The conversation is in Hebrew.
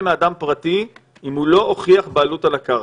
מאדם פרטי אם הוא לא הוכיח בעלות על הקרקע.